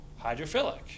hydrophilic